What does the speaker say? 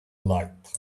light